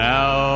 Now